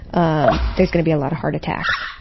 um there's gonna be a lot of heart attacks.